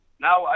now